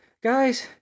Guys